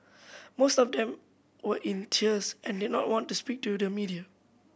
most of them were in tears and did not want to speak to the media